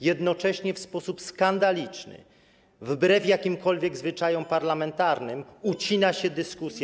Jednocześnie w sposób skandaliczny, wbrew jakimkolwiek zwyczajom parlamentarnym ucina się dyskusję.